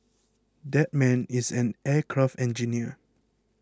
that man is an aircraft engineer